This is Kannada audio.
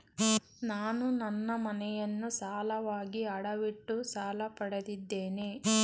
ನಾನು ನನ್ನ ಮನೆಯನ್ನು ಸಾಲವಾಗಿ ಅಡವಿಟ್ಟು ಸಾಲ ಪಡೆದಿದ್ದೇನೆ